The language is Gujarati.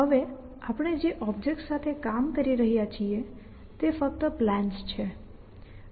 હવે આપણે જે ઑબ્જેક્ટ્સ સાથે કામ કરી રહ્યા છીએ તે ફક્ત પ્લાન્સ છે